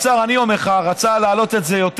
אני אומר לך שהאוצר רצה להעלות את זה יותר.